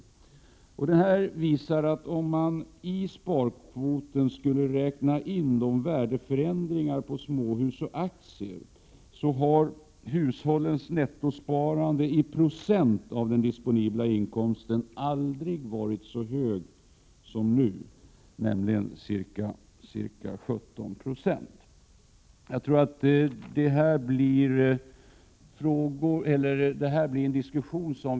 Detta visar att om man i sparkvoten skulle räkna in värdeförändringarna på småhus och aktier, så har hushållens nettosparande i procent räknat av den disponibla inkomsten aldrig varit så högt som nu, ca 17 Jo. Vi kommer så småningom att komma in på denna diskussion.